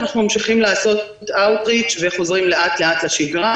אנחנו ממשיכים לעשות אאוט-ריץ' וחוזרים לאט-לאט לשגרה,